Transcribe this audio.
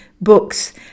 books